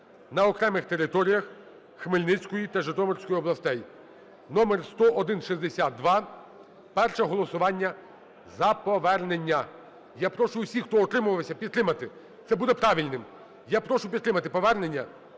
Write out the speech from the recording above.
на окремих територіях Хмельницької та Житомирської областей (№ 10162), перше голосування – за повернення. Я прошу всіх, хто утримувався, підтримати. Це буде правильним. Я прошу підтримати повернення